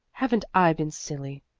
haven't i been silly!